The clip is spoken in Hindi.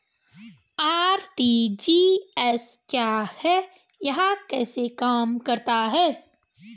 आर.टी.जी.एस क्या है यह कैसे काम करता है?